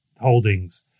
holdings